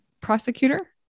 prosecutor